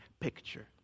picture